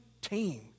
team